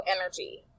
energy